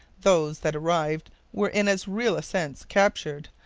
those that arrived were in as real a sense captured,